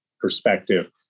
perspective